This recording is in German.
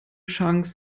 chance